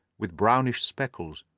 with brownish speckles,